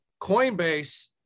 coinbase